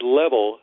level